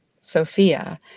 Sophia